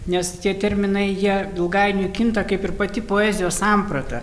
nes tie terminai jie ilgainiui kinta kaip ir pati poezijos samprata